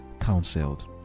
counseled